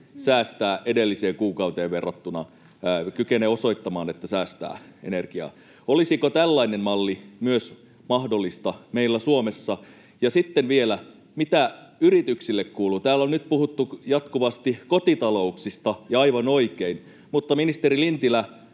säästää edelliseen kuukauteen verrattuna, kykenee osoittamaan, että säästää energiaa. Olisiko tällainen malli mahdollinen myös meillä Suomessa? Ja sitten vielä: Mitä yrityksille kuuluu? Täällä on nyt puhuttu jatkuvasti kotitalouksista — ja aivan oikein — mutta, ministeri Lintilä,